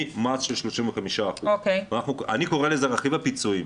מס של 35%. אני קורא לזה רכיב הפיצויים,